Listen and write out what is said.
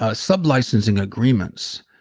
ah sub licensing agreements.